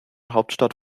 hauptstadt